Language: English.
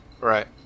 Right